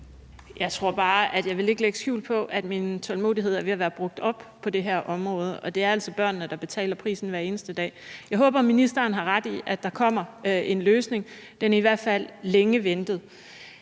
Dehnhardt (SF): Jeg vil ikke lægge skjul på, at min tålmodighed er ved at være brugt op på det her område. Det er altså børnene, der betaler prisen hver eneste dag. Jeg håber, at ministeren har ret i, at der kommer en løsning; den er i hvert fald længe ventet.